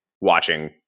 watching